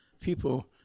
people